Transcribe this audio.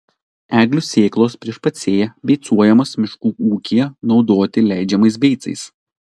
eglių sėklos prieš pat sėją beicuojamos miškų ūkyje naudoti leidžiamais beicais